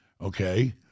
okay